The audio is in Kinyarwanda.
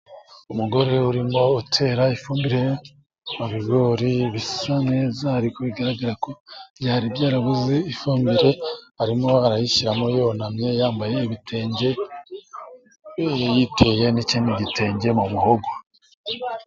Umugore urimo utera ifumbire mu bigori bisa neza, ariko bigaragara ko byari byarabuze ifumbire, arimo arayishyiramo yunamye yambaye ibitenge, yiteye ni kindi gitenge mu muhogo.